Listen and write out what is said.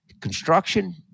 Construction